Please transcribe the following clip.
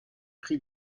prix